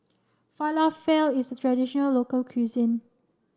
Falafel is a traditional local cuisine